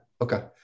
okay